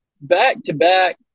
back-to-back